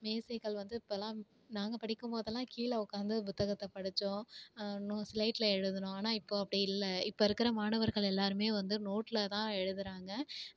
மேசைகள் வந்து இப்போல்லாம் நாங்கள் படிக்கும் போதெல்லாம் கீழே உக்காந்து புத்தகத்ததை படித்தோம் நோ ஸ்லேட்டில் எழுதினோம் ஆனால் இப்போது அப்படி இல்லை இப்போ இருக்கிற மாணவர்கள் எல்லோருமே வந்து நோட்டில் தான் எழுதுகிறாங்க